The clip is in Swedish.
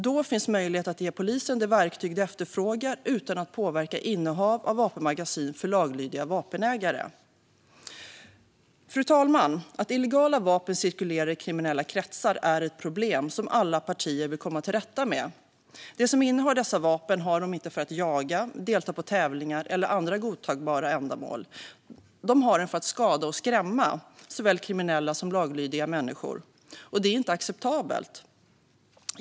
Då finns möjlighet att ge polisen de verktyg de efterfrågar utan att laglydiga vapenägares innehav av vapenmagasin påverkas. Fru talman! Att illegala vapen cirkulerar i kriminella kretsar är ett problem som alla partier vill komma till rätta med. De som innehar dessa vapen har dem inte för att jaga eller delta i tävlingar eller för andra godtagbara ändamål. De har dem för att skada och skrämma såväl kriminella som laglydiga människor. Detta är inte acceptabelt.